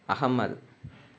Ahmed